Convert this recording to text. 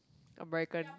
American